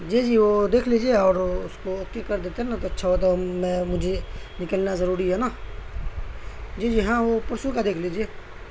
جی جی وہ دیکھ لیجیے اور اس کو کیا کر دیتے ہیں نا تو اچھا ہوتا ہے میں مجھے نکلنا ضروری ہے نا جی جی ہاں وہ پرسوں کا دیکھ لیجیے